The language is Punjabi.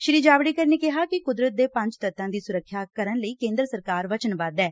ਸ੍ਰੀ ਜਾਵਡੇਕਰ ਨੇ ਕਿਹੈ ਕਿ ਕੁਦਰਤ ਦੇ ਪੰਜ ਤੱਤਾਂ ਦੀ ਸੁਰੱਖਿਆ ਕਰਨ ਲਈ ਕੇਂਦਰ ਸਰਕਾਰ ਵਚਨਬੱਧ ਐ